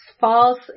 false